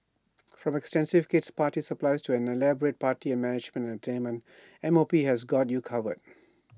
from extensive kid's party supplies to an elaborate party management and entertainment M O P has got you covered